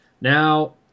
Now